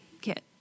Kit